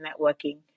networking